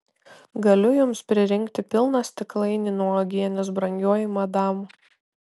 galiu jums pririnkti pilną stiklainį nuo uogienės brangioji madam